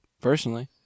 personally